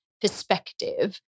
perspective